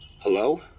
Hello